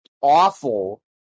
awful